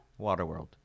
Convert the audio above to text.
Waterworld